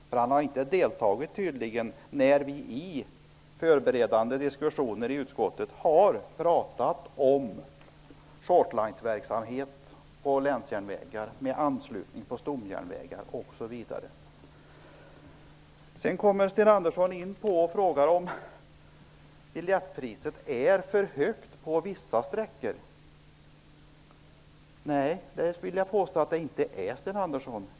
Han har tydligen inte deltagit i de förberedande diskussionerna i utskottet när vi har pratat om verksamheten med s.k. short lines på länsjärnvägar med anslutning till stomjärnvägar osv. Sten Andersson frågar om biljettpriset är för högt på vissa sträckor. Det vill jag påstå att det inte är.